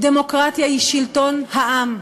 דמוקרטיה היא שלטון העם.